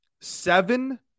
Seven